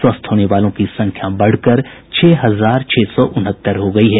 स्वस्थ होने वालों की संख्या बढ़कर छह हजार छह सौ उनहत्तर हो गयी है